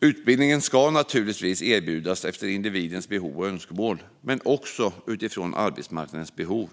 Utbildning ska naturligtvis erbjudas efter individens behov och önskemål men också utifrån arbetsmarknadens behov.